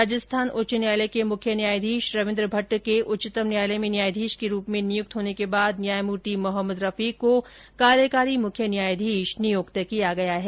राजस्थान उच्च न्यायालय के मुख्य न्यायाधीश रविन्द्र भट्ट के उच्चतम न्यायालय में न्यायाधीश के रूप में नियुक्त होने के बाद न्यायमूर्ति मोहम्मद रफीक को कार्यकारी मुख्य न्यायाधीश नियुक्त किया गया है